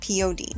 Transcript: POD